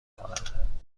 کنم